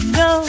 go